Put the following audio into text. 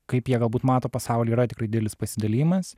kaip jie galbūt mato pasaulį yra tikrai didelis pasidalijimas